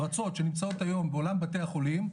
בעולם בתי החולים,